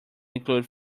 include